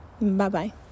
Bye-bye